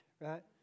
right